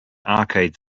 arcade